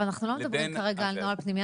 אנחנו לא מדברים כרגע על נוהל פנימי,